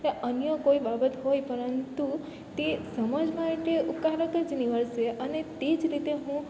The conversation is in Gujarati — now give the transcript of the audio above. કે અન્ય કોઈ બાબત હોય પરંતુ તે સમાજ માટે જ નિવડશે અને તે જ રીતે હું